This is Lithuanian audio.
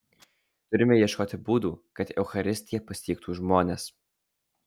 turime ieškoti būdų kad eucharistija pasiektų žmones